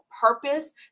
purpose